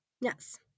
Yes